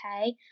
okay